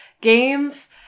games